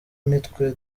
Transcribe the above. nitwe